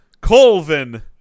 Colvin